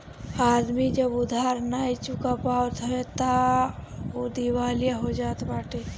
आदमी जब उधार नाइ चुका पावत हवे तअ उ दिवालिया हो जात बाटे